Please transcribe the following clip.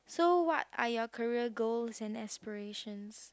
so what are your career goals and aspirations